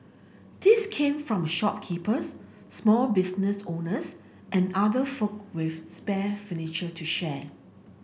these came from shopkeepers small business owners and other folk with spare furniture to share